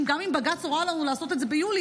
גם אם בג"ץ הורה לנו לעשות את זה ביולי,